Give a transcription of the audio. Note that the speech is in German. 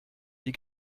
die